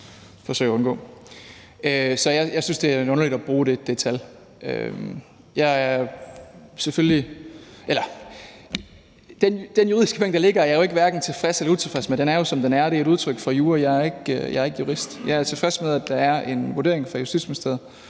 Jeg er tilfreds med, at der er en vurdering fra Justitsministeriet.